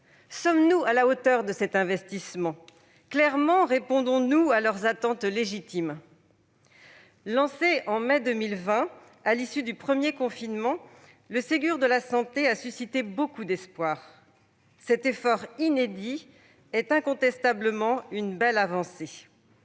Sommes-nous à la hauteur de leur investissement ? Répondons-nous clairement à leurs attentes légitimes ? Lancé en mai 2020, à l'issue du premier confinement, le Ségur de la santé a suscité beaucoup d'espoirs. Cet effort inédit est incontestablement une belle avancée.